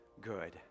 good